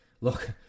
Look